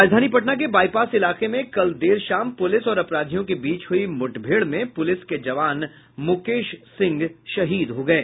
राजधानी पटना के बाईपास इलाके में कल देर शाम पुलिस और अपराधियों के बीच हुयी मुठभेड़ में पुलिस के जवान मुकेश सिंह शहीद हो गये